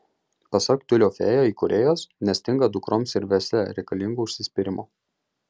pasak tiulio fėja įkūrėjos nestinga dukroms ir versle reikalingo užsispyrimo